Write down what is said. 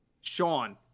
Sean